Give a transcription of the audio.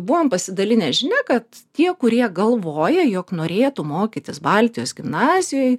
buvome pasidalinę žinia kad tie kurie galvoja jog norėtų mokytis baltijos gimnazijoj